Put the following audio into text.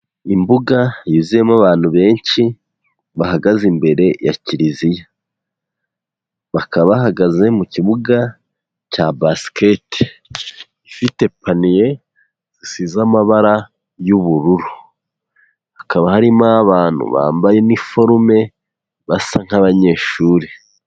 Ibbuga yuzuyemo abantu benshi bahagaze imbere ya kiriziya bakaba bahagaze mu kibuga cya basiketi ifite paniye zisize amabara y'ubururu, hakaba harimo abantu bambaye iniforume basa nk'abanyeshuri.